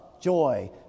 joy